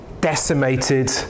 decimated